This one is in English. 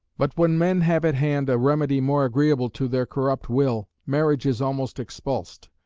but when men have at hand a remedy more agreeable to their corrupt will, marriage is almost expulsed.